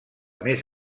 més